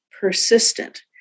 persistent